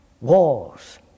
wars